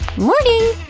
morning!